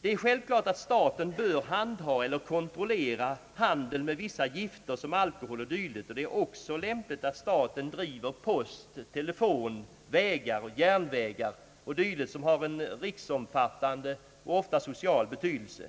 Det är självklart att staten bör handha eller kontrollera handeln med vissa gifter som alkohol m.m., och det är också lämpligt att staten driver post, telefon, vägar, järnvägar och dylikt som har en riksomfattande och ofta social betydelse.